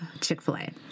Chick-fil-A